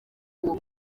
uwo